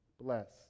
bless